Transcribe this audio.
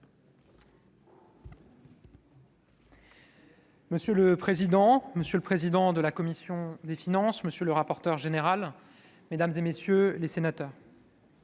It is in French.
Monsieur le président, monsieur le président de la commission des finances, monsieur le rapporteur général, mesdames et messieurs les sénateurs.